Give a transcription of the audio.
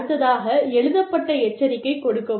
அடுத்ததாக எழுதப்பட்ட எச்சரிக்கை கொடுக்கவும்